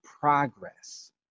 progress